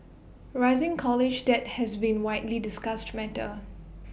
rising college debt has been widely discussed matter